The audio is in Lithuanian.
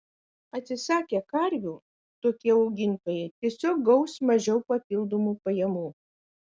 atsisakę karvių tokie augintojai tiesiog gaus mažiau papildomų pajamų